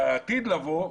בעתיד לבוא,